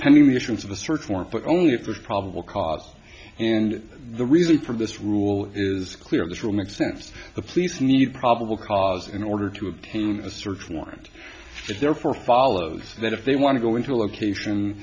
pending the issuance of a search warrant but only if there's probable cause and the reason for this rule is clear this will make sense the police need probable cause in order to obtain a search warrant it therefore follows that if they want to go into a location